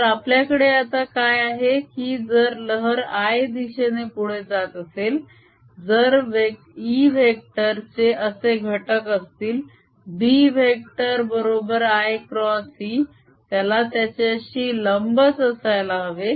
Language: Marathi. तर आपल्याकडे आता काय आहे की जर लहर i दिशेने पुढे जात असेल जर E वेक्टर चे असे घटक असतील B वेक्टर बरोबर i क्रॉस E त्याला त्याच्याशी लंबच असायला हवे